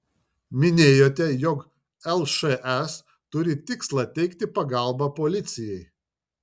minėjote jog lšs turi tikslą teikti pagalbą policijai